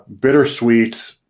bittersweet